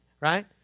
right